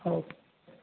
ହଉ